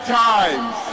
times